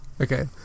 Okay